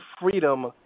freedom